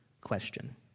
question